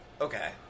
Okay